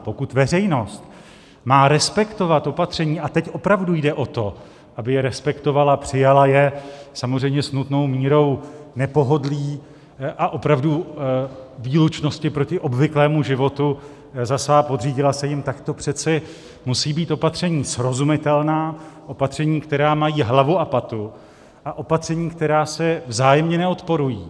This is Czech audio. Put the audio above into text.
Pokud veřejnost má respektovat opatření, a teď opravdu jde o to, aby je respektovala, přijala je, samozřejmě s nutnou mírou nepohodlí a opravdu výlučnosti proti obvyklému životu za své a podřídila se jim, tak to přeci musí být opatření srozumitelná, opatření, která mají hlavu a patu, a opatření, která si vzájemně neodporují.